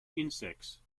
insects